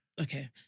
Okay